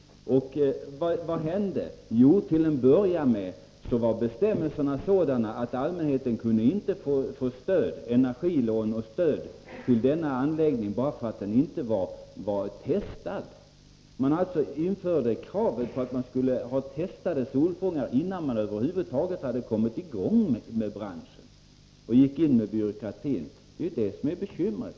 Vad hände? Jo, bestämmelserna var sådana att allmänheten inte kunde få energisparlån och stöd för att installera denna anläggning bara därför att den inte var testad. Man gick in med byråkratin och införde alltså kravet på att solfångarna skulle vara testade, innan man inom branschen över huvud taget kunde komma i gång med försäljningen. Det är detta som är bekymret.